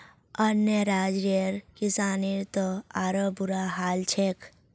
अन्य राज्यर किसानेर त आरोह बुरा हाल छेक